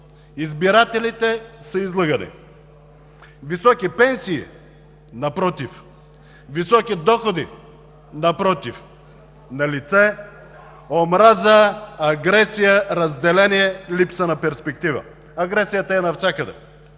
Избирателите са излъгани. Високи пенсии? Напротив! Високи доходи? Напротив! Налице е омраза, агресия, разделение, липса на перспектива. Агресията е навсякъде